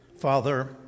Father